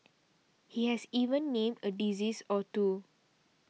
he has even named a disease or two